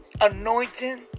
anointing